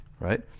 right